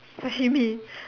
sashimi